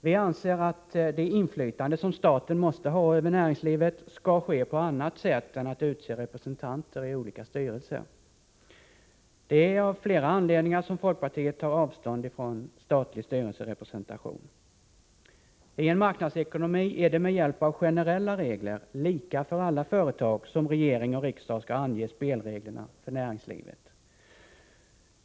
Vi anser att det inflytande som staten måste ha över näringslivet skall utövas på annat sätt än genom att utse representanter i olika styrelser. Det finns flera anledningar till att folkpartiet tar avstånd från statlig styrelserepresentation. I en marknadsekonomi är det med hjälp av generella regler, lika för alla företag, som regering och riksdag skall ange spelreglerna för näringslivet.